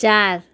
ચાર